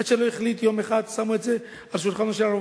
עד שיום אחד שמו את זה על שולחנו של הרב